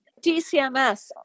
DCMS